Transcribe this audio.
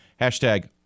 hashtag